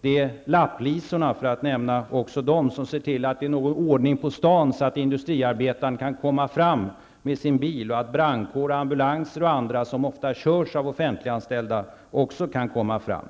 Det är lapplisorna, för att nämna också dem, som ser till att det är någon ordning på stan, så att industriarbetaren kan komma fram med sin bil och så att brandbilar och ambulanser, som ofta körs av offentliganställda, också kan komma fram.